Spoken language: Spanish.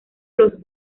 los